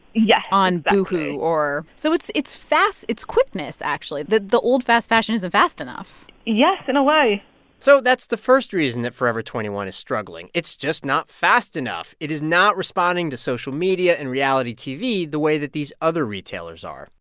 yeah on boohoo or so it's it's fast it's quickness, actually. the the old fast fashion isn't fast enough yes, in a way so that's the first reason that forever twenty one is struggling. it's just not fast enough. it is not responding to social media and reality tv the way that these other retailers are.